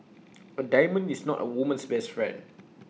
A diamond is not A woman's best friend